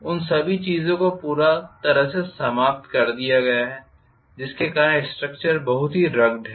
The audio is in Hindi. उन सभी चीजों को पूरी तरह से समाप्त कर दिया गया है जिसके कारण स्ट्रक्चर बहुत ही रग्ड है